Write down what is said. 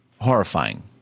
horrifying